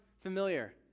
familiar